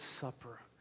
Supper